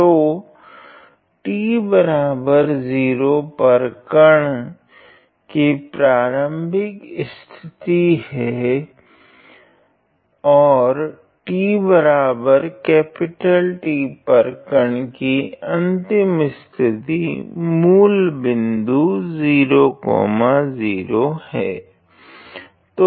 तो t0 पर वह कण की प्राथमिक स्थित है और tT पर कण की अंतिम स्थित मूल बिंदु 00 है